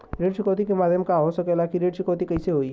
ऋण चुकौती के माध्यम का हो सकेला कि ऋण चुकौती कईसे होई?